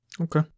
Okay